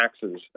taxes